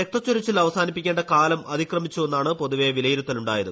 രക്തച്ചൊരിച്ചിൽഅവസാനിപ്പിക്കേണ്ട കാലം അതിക്രമിച്ചുവെ ന്നാണ് പൊതുവെ വിലയിരുത്തലുണ്ടായത്